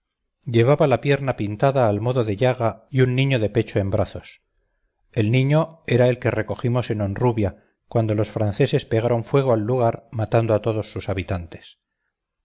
llevaba la pierna pintada al modo de llaga y un niño de pecho en brazos el niño era el que recogimos en honrubia cuando los franceses pegaron fuego al lugar matando a todos sus habitantes